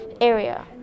area